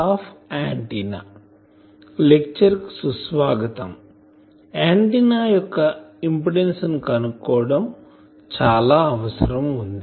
antenna యొక్క impedance ని కనుక్కోవటం చాలా అవసరం వుంది